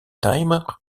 timer